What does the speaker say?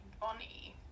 Bonnie